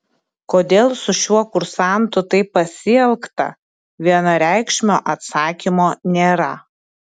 kodėl su šiuo kursantu taip pasielgta vienareikšmio atsakymo nėra